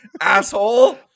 asshole